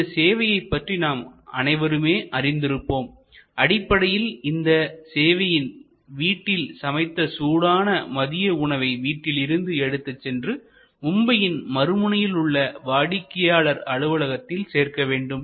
இந்த சேவையைப் பற்றி நாம் அனைவருமே அறிந்திருப்போம்அடிப்படையில் இந்த சேவையில் வீட்டில் சமைத்த சூடான மதிய உணவை வீட்டிலிருந்து எடுத்துச் சென்று பாம்பேயின் மறுமுனையில் உள்ள வாடிக்கையாளர் அலுவலகத்தில் சேர்க்க வேண்டும்